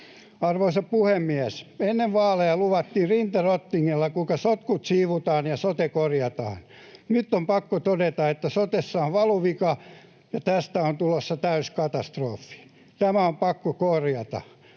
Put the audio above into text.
Arvoisa puhemies! Ennen vaaleja luvattiin rinta rottingilla, kuinka sotkut siivotaan ja sote korjataan. Nyt on pakko todeta, että sotessa on valuvika ja tästä on tulossa täysi katastrofi. Tämä on pakko korjata.